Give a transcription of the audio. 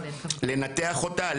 לנתח אותה,